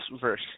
verse